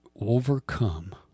overcome